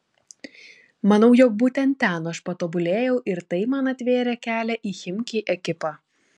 manau jog būtent ten aš patobulėjau ir tai man atvėrė kelią į chimki ekipą